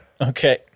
Okay